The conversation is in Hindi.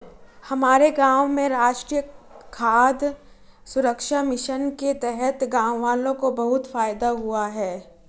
हमारे गांव में राष्ट्रीय खाद्य सुरक्षा मिशन के तहत गांववालों को बहुत फायदा हुआ है